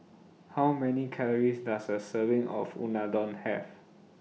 How Many Calories Does A Serving of Unadon Have